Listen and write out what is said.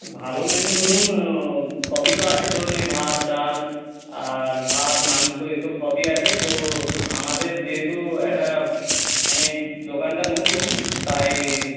ভালো মেনু ধরুন সবই তো আছে ধরুন এই ভাত ডাল আর ভাত মাংস এই সব সবই আছে তো আমাদের যেহেতু একটা মানে এই দোকানটা নতুন তাই